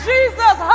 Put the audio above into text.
Jesus